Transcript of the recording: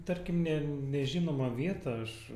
tarkim ne nežinomą vietą aš